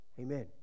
Amen